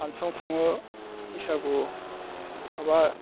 function खुङो बैसागु बहाबा